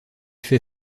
fait